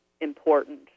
important